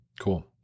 cool